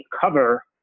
cover